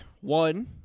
one